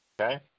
Okay